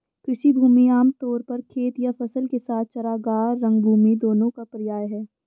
कृषि भूमि आम तौर पर खेत या फसल के साथ चरागाह, रंगभूमि दोनों का पर्याय है